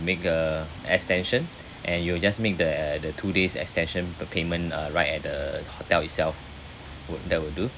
make a extension and you will just make the the two days extension p~ payment uh right at the hotel itself w~ that will do